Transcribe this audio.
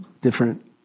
different